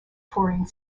touring